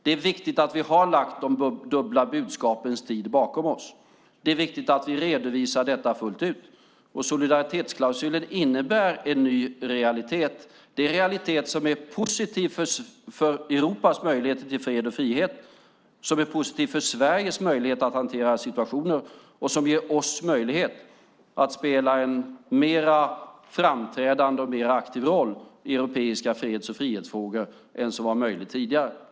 Det är viktigt att vi har lagt de dubbla budskapens tid bakom oss. Det är viktigt att vi redovisar detta fullt ut. Solidaritetsklausulen innebär en ny realitet. Det är en realitet som är positiv för Europas möjligheter till fred och frihet, som är positiv för Sveriges möjligheter att hantera situationer och som ger oss en möjlighet att spela en mer framträdande och aktiv roll i europeiska freds och frihetsfrågor än vad som varit fallet tidigare.